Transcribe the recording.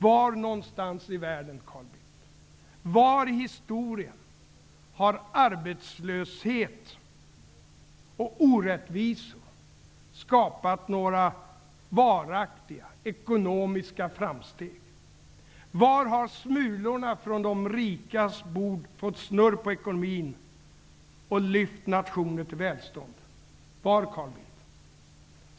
Var någonstans i världen, var i historien, har arbetslöshet och orättvisor skapat några varaktiga, ekonomiska framsteg? Var har smulorna från de rikas bord fått snurr på ekonomin och lyft nationer till välstånd?